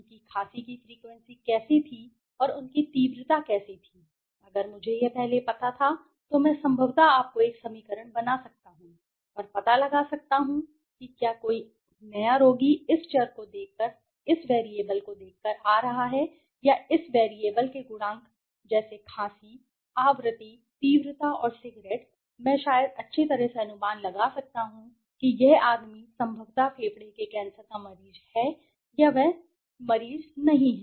उनकी खांसी की फ्रीक्वेंसी कैसी थी और उनकी तीव्रता कैसी थी अगर मुझे यह पहले पता था तो मैं संभवतः आपको एक समीकरण बना सकता हूं और पता लगा सकता हूं कि क्या कोई नया रोगी इस चर को देखकर आ रहा है या इस चर के गुणांक जैसे खांसी आवृत्ति तीव्रता और सिगरेट मैं शायद अच्छी तरह से अनुमान लगा सकता हूं कि यह आदमी संभवतः फेफड़े के कैंसर का मरीज है या वह नहीं है